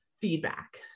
feedback